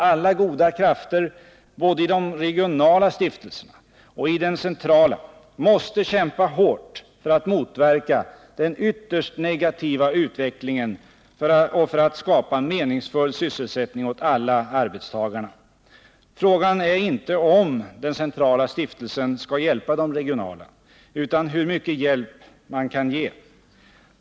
Alla goda krafter, både i de regionala stiftelserna och i den centrala stiftelsen, måste alltså kämpa hårt för att motverka den ytterst negativa utvecklingen och för att skapa meningsfull sysselsättning åt alla Frågan är inte om den centrala stiftelsen skall hjälpa de regionala utan hur mycket hjälp den kan ge.